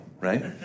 right